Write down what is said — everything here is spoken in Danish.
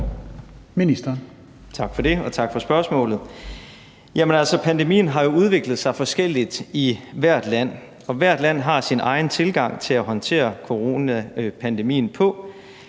Tak for det, og tak for spørgsmålet. Pandemien har jo udviklet sig forskelligt i hvert land, og hvert land har sin egen tilgang til at håndtere coronapandemien.